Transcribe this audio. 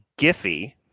Giphy